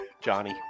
Johnny